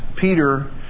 Peter